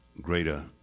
greater